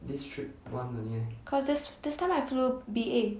because this this time I flew B_A